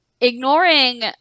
ignoring